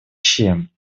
чем